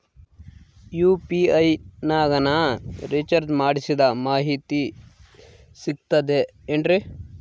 UPI ನಾಗ ನಾ recharge ಮಾಡಿಸಿದ ಮಾಹಿತಿ ಸಿಕ್ತದೆ ಏನ್ರಿ?